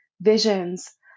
visions